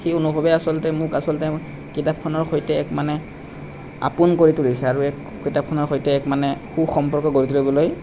সেই অনুভৱে আচলতে মোক আচলতে কিতাপখনৰ সৈতে এক মানে আপোন কৰি তুলিছে আৰু এক কিতাপখনৰ সৈতে এক মানে সু সম্পৰ্ক গঢ়ি তুলিবলৈ